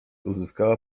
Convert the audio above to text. uzyskała